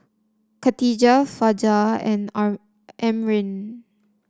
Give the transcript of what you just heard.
Katijah Fajar and Amrin